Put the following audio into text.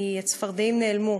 כי הצפרדעים נעלמו.